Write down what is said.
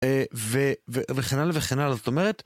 וכן הלאה וכן הלאה, זאת אומרת...